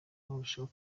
murushaho